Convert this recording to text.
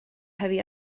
heavy